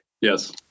Yes